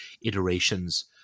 iterations